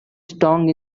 strong